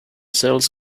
cells